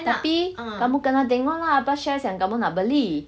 tapi kamu kena tengok lah apa shares yang kamu nak beli